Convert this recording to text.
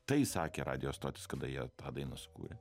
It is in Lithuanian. tai sakė radijo stotys kada jie tą dainą sukūrė